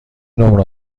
نمره